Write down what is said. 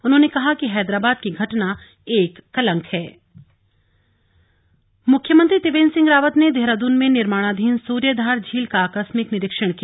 उन्होंने कहा कि हैदराबाद की घटना एक कलंक ळें सीएम निरीक्षण मुख्यमंत्री त्रिवेन्द्र सिंह रावत ने देहरादून में निर्माणाधीन सूर्यधार झील का आकस्मिक निरीक्षण किया